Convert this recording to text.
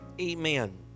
Amen